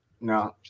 no